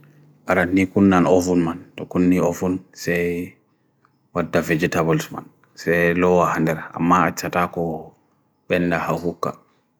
arad nikun nan ofun man, dokun ni ofun, se watda vegetables man, se loa handera, ammahat satako benda haw hooka.